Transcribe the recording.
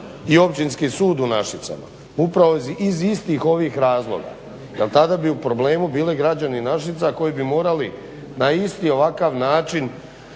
i Općinski sud u Našicama upravo iz istih ovih razloga. Jer tada bi u problemu bili građani Našica koji bi morali na isti ovakav način